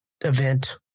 event